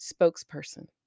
spokesperson